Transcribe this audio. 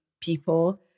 people